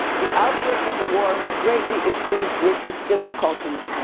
the outbreak of the war had greatly increased richard's difficulties,